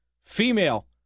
female